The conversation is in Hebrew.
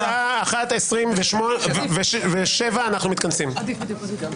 בשעה 13:27 אנחנו מתכנסים.